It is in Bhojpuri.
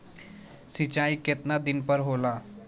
सिंचाई केतना दिन पर होला?